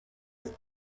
ist